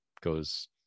goes